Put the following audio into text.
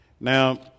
Now